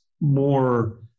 more